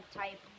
type